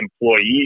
employees